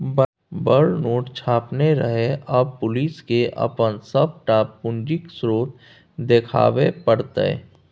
बड़ नोट छापने रहय आब पुलिसकेँ अपन सभटा पूंजीक स्रोत देखाबे पड़तै